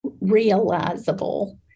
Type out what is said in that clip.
realizable